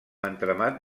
entramat